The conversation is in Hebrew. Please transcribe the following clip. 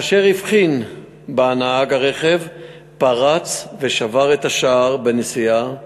כאשר הבחין בה, נהג הרכב פרץ ושבר את השער בנסיעה,